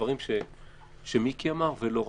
בדברים שמיקי אמר ולא רק.